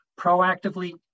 proactively